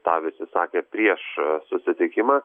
tą visi sakė prieš susitikimą